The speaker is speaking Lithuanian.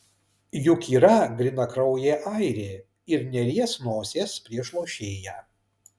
juk yra grynakraujė airė ir neries nosies prieš lošėją